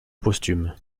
posthume